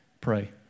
Pray